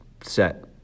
set